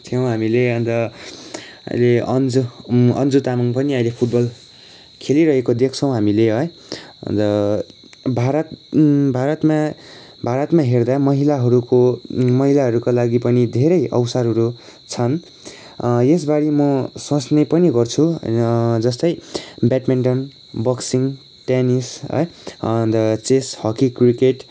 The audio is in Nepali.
थियौँ हामीले अन्त अहिले अन्जु तामाङ पनि फुटबल खेलिरहेको देख्छौँ हामीले है अन्त भारत भारतमा भारतमा हेर्दा महिलाहरूको महिलाहरूको लागि पनि धेरै अवसरहरू छन् यसबारे म सोँच्ने पनि गर्छु जस्तै ब्याड्मिन्टन बक्सिङ टेनिस है अन्त चेस हकी क्रिकेट